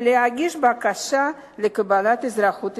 ולהגיש בקשה לקבלת אזרחות ישראלית.